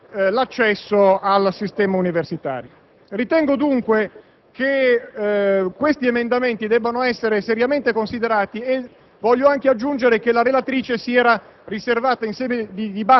dia un punteggio ai fini dell'ammissione all'università. Un meccanismo di questo tipo, fra l'altro, non distingue fra i vari tipi di scuola